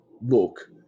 look